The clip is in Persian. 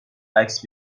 عکس